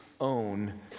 own